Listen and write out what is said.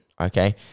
okay